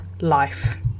life